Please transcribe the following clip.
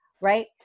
right